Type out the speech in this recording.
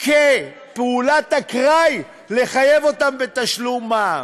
כפעולת אקראי, לחייב אותם בתשלום מע"מ.